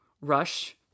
Rush